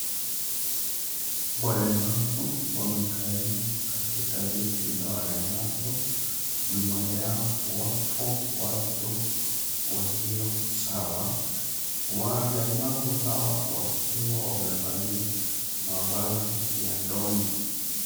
Walemavu wamekaliwa katika viti za walemavu nyuma yao wapo watu walio sawa walemavu hawa wakiwa wamevalia mavazi ya ndondi.